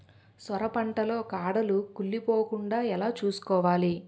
సొర పంట లో కాడలు కుళ్ళి పోకుండా ఎలా చూసుకోవాలి?